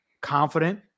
confident